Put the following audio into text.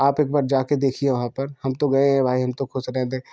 आप एक बार जा के देखिए वहाँ पर हम तो गए हैं भाई हम तो ख़ुश रहें देखें